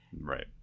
Right